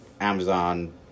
Amazon